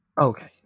Okay